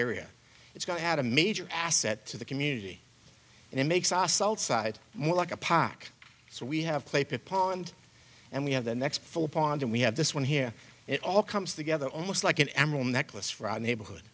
area it's going to add a major asset to the community and it makes us outside more like a pack so we have clay pond and we have the next full pond and we have this one here it all comes together almost like an emerald necklace for our neighborhood